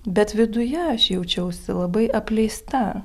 bet viduje aš jaučiausi labai apleista